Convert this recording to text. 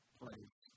place